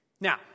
Now